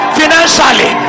financially